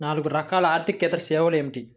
నాలుగు రకాల ఆర్థికేతర సేవలు ఏమిటీ?